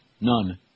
None